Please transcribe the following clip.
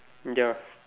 ya